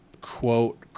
quote